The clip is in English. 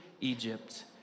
Egypt